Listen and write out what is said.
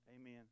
Amen